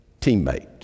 teammate